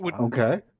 Okay